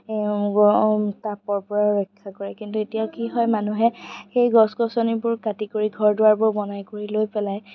গৰম তাপৰ পৰা ৰক্ষা কৰে কিন্তু এতিয়া কি হয় মানুহে গছ গছনিবোৰ কাটি কৰি ঘৰ দুৱাৰবোৰ বনাই কৰি লৈ পেলাই